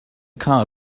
car